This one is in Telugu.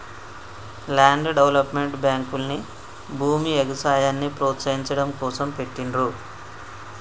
ల్యాండ్ డెవలప్మెంట్ బ్యేంకుల్ని భూమి, ఎగుసాయాన్ని ప్రోత్సహించడం కోసం పెట్టిండ్రు